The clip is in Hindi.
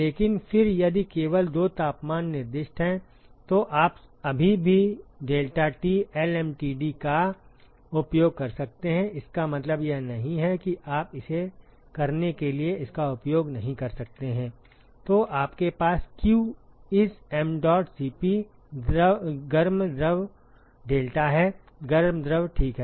लेकिन फिर यदि केवल दो तापमान निर्दिष्ट हैं तो आप अभी भी डेल्टा टी एलएमटीडी का उपयोग कर सकते हैं इसका मतलब यह नहीं है कि आप इसे करने के लिए इसका उपयोग नहीं कर सकते हैं तो आपके पास q is mdot Cp गर्म द्रव डेल्टा है गर्म द्रव ठीक है